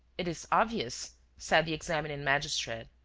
it is obvious, said the examining magistrate,